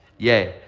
yay,